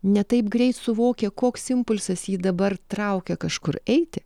ne taip greit suvokė koks impulsas jį dabar traukia kažkur eiti